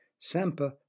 Sampa